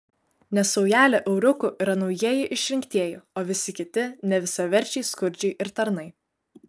nes saujelė euriukų yra naujieji išrinktieji o visi kiti nevisaverčiai skurdžiai ir tarnai